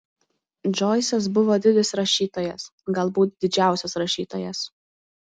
džoisas buvo didis rašytojas galbūt didžiausias rašytojas